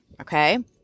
Okay